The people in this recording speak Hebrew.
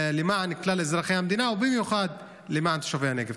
למען כלל אזרחי המדינה, ובמיוחד למען תושבי הנגב.